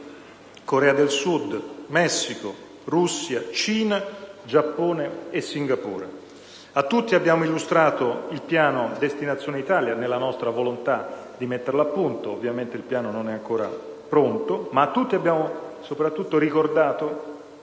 Corea del Sud, Messico, Russia, Cina, Giappone e Singapore. A tutti abbiamo illustrato il cosiddetto piano Destinazione Italia, nella nostra volontà di metterlo a punto - ovviamente non è ancora pronto - e a tutti abbiamo ricordato